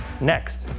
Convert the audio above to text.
next